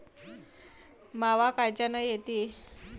मावा कायच्यानं येते?